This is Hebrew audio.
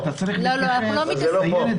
אז אתה צריך לצמצם את העניין הזה.